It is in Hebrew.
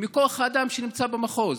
מכוח האדם שנמצא במחוז,